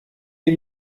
die